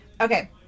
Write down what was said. okay